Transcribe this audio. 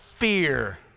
fear